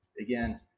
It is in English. again